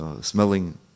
smelling